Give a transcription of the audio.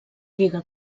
lliga